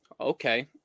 Okay